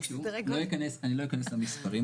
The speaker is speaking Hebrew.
אני לא אכנס למספר,